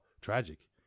tragic